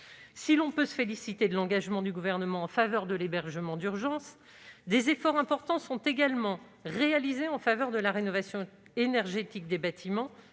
Si l'on peut se féliciter de l'engagement du Gouvernement en faveur de l'hébergement d'urgence, des efforts importants sont également réalisés pour la rénovation énergétique des bâtiments